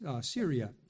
Syria